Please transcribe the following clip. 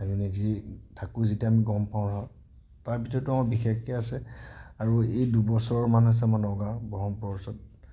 আমি নিজেই থাকোঁ যেতিয়া আমি গ'ম পাওঁ নহয় তাৰ ভিতৰতো বিশেষকৈ আছে আৰু এই দুবছৰ মান হৈছে আমাৰ নগাঁৱৰ বঢ়মপুৰৰ ওচৰত